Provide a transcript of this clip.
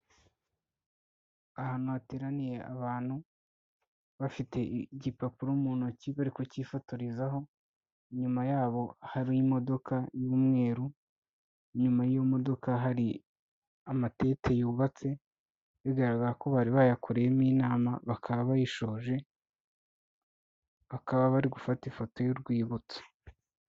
Ahantu hateraniye abantu bafite igipapuro mu ntoki bari kukifotorezaho, inyuma yaho hari imodoka y'umweru, inyuma y'iyo modoka hari amatente yubatse bigaragara ko bari bayakoriyemo inama, bakaba bayishoje, bakaba bari gufata ifoto y'urwibutso.